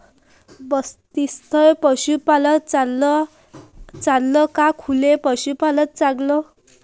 बंदिस्त पशूपालन चांगलं का खुलं पशूपालन चांगलं?